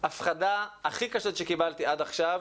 הפחדה הכי קשות שקיבלתי עד עכשיו,